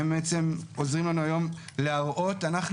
והם בעצם עוזרים לנו היום להראות אנחנו